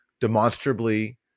demonstrably